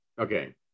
Okay